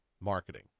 marketing